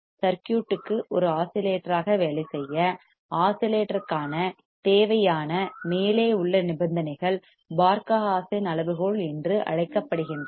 சர்க்யூட்க்கு ஒரு ஆஸிலேட்டராக வேலை செய்ய ஆஸிலேட்டர்ஸ் க்கான தேவையான மேலே உள்ள நிபந்தனைகள் பார்க ஹா சென் அளவுகோல் என்று அழைக்கப்படுகின்றன